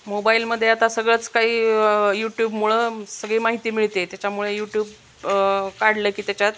मोबाईलमध्ये आता सगळंच काही यूट्यूबमुळं सगळी माहिती मिळते त्याच्यामुळे यूट्यूब काढलं की त्याच्यात